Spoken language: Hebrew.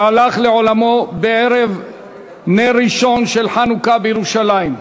שהלך לעולמו בערב נר ראשון של חנוכה בירושלים.